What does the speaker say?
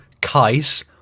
Kais